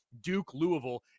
Duke-Louisville